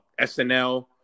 SNL